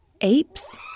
apes